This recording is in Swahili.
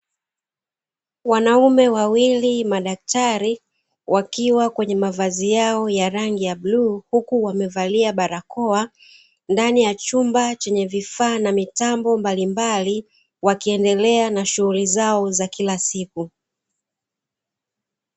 Wanaume wawili madaktari wakiwa kwenye mavazi yao ya rangi ya bluu huku wamevalia barakoa, ndani ya chumba chenye vifaa na mitambo mbalimbali wakiendelea na shughuli zao za kila siku.